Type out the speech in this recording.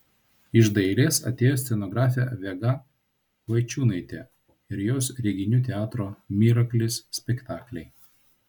iš dailės atėjo scenografė vega vaičiūnaitė ir jos reginių teatro miraklis spektakliai